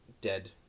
dead